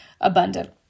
abundant